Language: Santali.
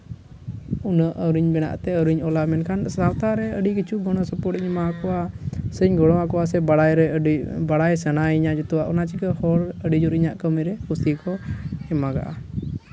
ᱩᱱᱟᱹᱜ ᱟᱹᱣᱨᱤᱧ ᱵᱮᱱᱟᱜ ᱛᱮ ᱟᱹᱣᱨᱤᱧ ᱚᱞᱟ ᱢᱮᱱᱠᱷᱟᱱ ᱥᱟᱶᱛᱟ ᱨᱮ ᱟᱹᱰᱤ ᱠᱤᱪᱷᱩ ᱜᱚᱲᱚ ᱥᱚᱯᱚᱦᱚᱫ ᱤᱧ ᱮᱢᱟ ᱠᱚᱣᱟ ᱥᱮᱧ ᱜᱚᱲᱚ ᱟᱠᱚᱣᱟ ᱵᱟᱲᱟᱭ ᱨᱮ ᱟᱹᱰᱤ ᱵᱟᱲᱟᱭ ᱥᱟᱱᱟᱭᱤᱧᱟ ᱡᱚᱛᱚᱣᱟᱜ ᱚᱱᱟ ᱪᱤᱠᱟᱹ ᱦᱚᱲ ᱟᱹᱰᱤᱜᱟᱱ ᱤᱧᱟᱹᱜ ᱠᱟᱹᱢᱤᱨᱮ ᱠᱩᱥᱤ ᱠᱚ ᱮᱢᱟᱜᱟᱜᱼᱟ